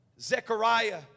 Zechariah